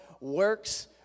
works